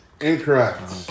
Incorrect